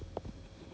oh is it